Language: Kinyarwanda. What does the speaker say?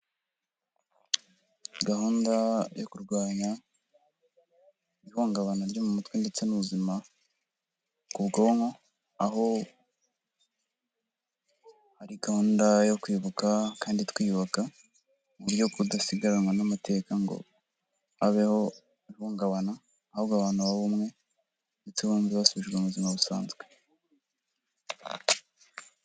Gahunda yo kurwanya ihungabana ryo mu mutwe, ndetse n'ubuzima ku bwonko, aho hari gahunda yo kwibuka kandi twiyubaka, mu buryo tudasigaranwa n'amateka ngo habeho ihungabana, ahubwo abantu babe umwe, ndetse bumve basubijwe mu buzima busanzwe.